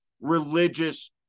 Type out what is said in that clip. religious